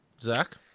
Zach